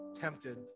tempted